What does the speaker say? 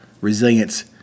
Resilience